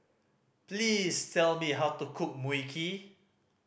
please tell me how to cook Mui Kee